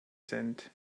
sind